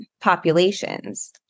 populations